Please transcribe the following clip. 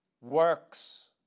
works